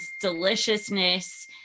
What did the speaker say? deliciousness